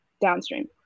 downstream